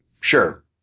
Sure